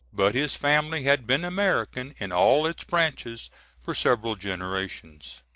but his family had been american in all its branches for several generations.